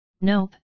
Nope